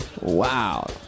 Wow